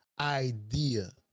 Idea